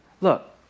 Look